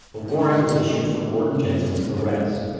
a warrant was issued for gordon jensen's arrest.